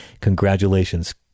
congratulations